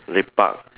lepak